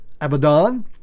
Abaddon